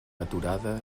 aturada